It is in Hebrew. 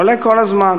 עולה כל הזמן,